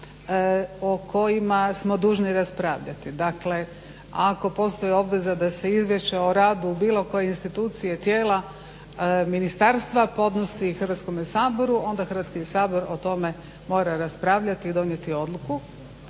o kojima smo dužni raspravljati. Dakle ako postoji obveza da se izvješće o radu bilo koje institucije tijela ministarstva podnosi Hrvatskome saboru, onda Hrvatski sabor mora o tome raspravljati i donijeti odluku.